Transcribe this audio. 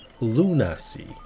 lunacy